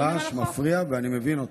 הרעש מפריע, ואני מבין אותה.